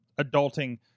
adulting